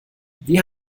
wie